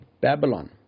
Babylon